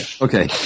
Okay